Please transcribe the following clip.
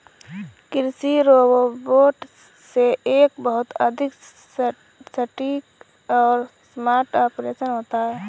कृषि रोबोट से एक बहुत अधिक सटीक और स्मार्ट ऑपरेशन होता है